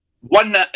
One –